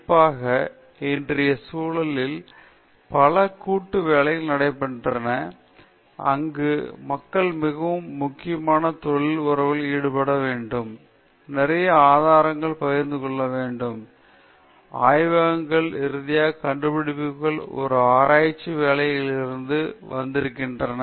குறிப்பாக இன்றைய உலகில் பல கூட்டு வேலைகள் நடைபெறுகின்றன அங்கு மக்கள் மிகவும் முக்கியமான தொழில் உறவுகளில் ஈடுபட வேண்டும் நிறைய ஆதாரங்கள் பகிர்ந்துகொள்வதற்கான கேள்விகள் ஆய்வகங்கள் இறுதியாக கண்டுபிடிப்புகள் ஒரு ஆராய்ச்சி வேலையில் இருந்து வந்திருக்கின்றன